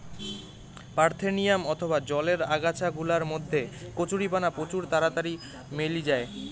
parthenium অথবা জলের আগাছা গুলার মধ্যে কচুরিপানা প্রচুর তাড়াতাড়ি মেলি জায়